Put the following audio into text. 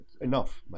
Enough